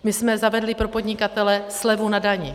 My jsme zavedli pro podnikatele slevu na dani.